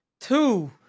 Two